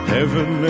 Heaven